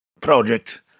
project